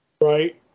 right